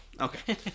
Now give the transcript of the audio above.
Okay